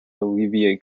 alleviate